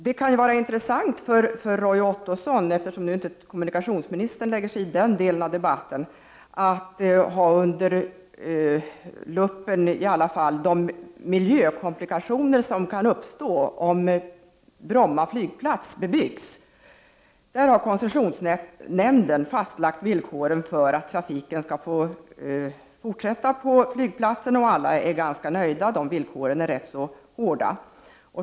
Det kan vara intressant för Roy Ottosson, eftersom kommunikationsministern inte lägger sig i denna del av debatten, att ha de miljökomplikationer under luppen som kan uppstå om Bromma flygplats bebyggs. Koncessionsnämnden har fastlagt villkoren för att trafiken skall få fortsätta på flygplatsen, och alla är ganska nöjda. Villkoren är rätt så hårda.